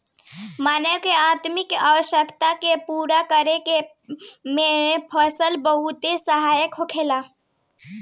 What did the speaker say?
मानव के असीमित आवश्यकता के पूरा करे में पईसा बहुत सहायक होखेला